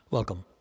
Welcome